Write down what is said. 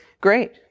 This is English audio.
great